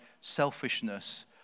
selfishness